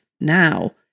now